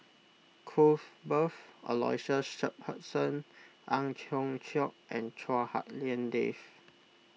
Cuthbert Aloysius Shepherdson Ang Hiong Chiok and Chua Hak Lien Dave